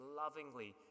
lovingly